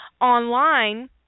online